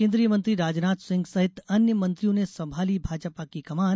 केन्द्रीय मंत्री राजनाथ सहित अन्य मंत्रियों ने संभाली भाजपा की कमान